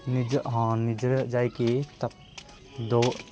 ନିଜ ହଁ ନିଜର ଯାଇକି ତା ଦୋ